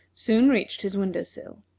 soon reached his window-sill.